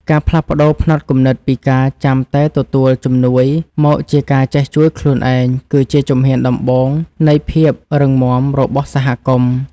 ការផ្លាស់ប្តូរផ្នត់គំនិតពីការចាំតែទទួលជំនួយមកជាការចេះជួយខ្លួនឯងគឺជាជំហានដំបូងនៃភាពរឹងមាំរបស់សហគមន៍។